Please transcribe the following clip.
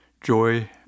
joy